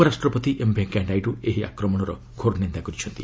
ଉପରାଷ୍ଟ୍ର M Venkaiah Naidu ଏହି ଆକ୍ରମଣ ଘୋର ନିନ୍ଦା କରିଛନ୍ତି